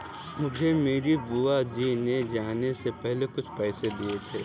मुझे मेरी बुआ जी ने जाने से पहले कुछ पैसे दिए थे